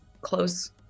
close